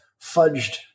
fudged